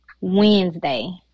Wednesday